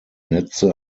netze